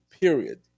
period